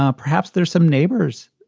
um perhaps there's some neighbors.